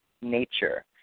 nature